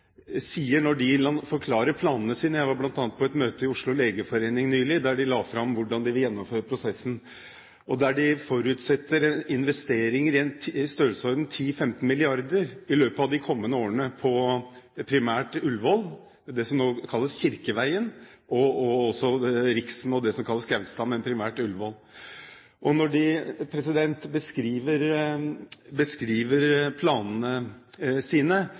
sier når de forklarer planene sine. Jeg var bl.a. på et møte i Oslo legeforening nylig der de la fram hvordan de vil gjennomføre prosessen, og der de forutsetter investeringer i størrelsesorden 10–15 milliarder kroner i løpet av de kommende årene på primært Ullevål – det som nå kalles Kirkeveien – og også Riksen og det som kalles Gaustad, men primært Ullevål. Og når de beskriver planene sine